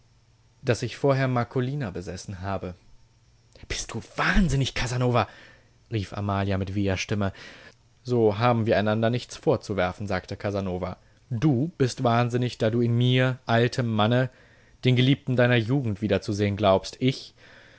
daß ich vorher marcolina besessen habe bist du wahnsinnig casanova rief amalia mit weher stimme so haben wir einander nichts vorzuwerfen sagte casanova du bist wahnsinnig da du in mir altem manne den geliebten deiner jugend wiederzusehen glaubst ich